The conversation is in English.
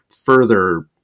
further